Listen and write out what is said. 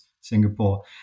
Singapore